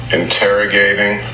interrogating